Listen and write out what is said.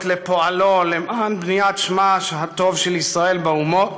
לפועלו למען בניית שמה הטוב של ישראל באומות,